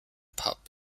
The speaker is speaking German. pub